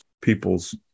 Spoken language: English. people's